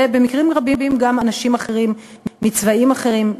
ובמקרים רבים גם על אנשים אחרים מצבעים אחרים,